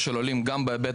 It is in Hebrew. גם אם בגיל